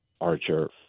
archer